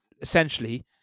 essentially